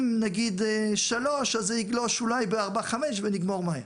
אם נגיד שלוש אז זה יגלוש אולי בארבע-חמש ונגמור מהר.